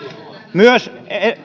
myös